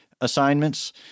assignments